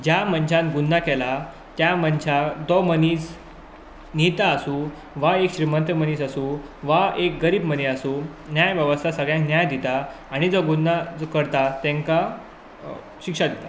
ज्या मनशान गुन्हा केला त्या मनशा तो मनीस नेता आसूं वा एक श्रीमंत मनीस आसूं वा एक गरीब मनीस आसूं न्याय वेवस्था सगळ्यांक न्याय दिता आनी जो गुन्हा जो करता तांकां शिक्षा दिता